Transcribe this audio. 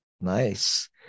Nice